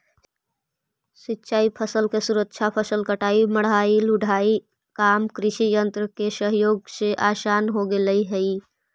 सिंचाई फसल के सुरक्षा, फसल कटाई, मढ़ाई, ढुलाई आदि काम कृषियन्त्र के सहयोग से आसान हो गेले हई